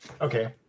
Okay